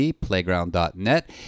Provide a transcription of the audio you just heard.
playground.net